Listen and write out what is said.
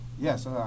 Yes